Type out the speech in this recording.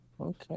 Okay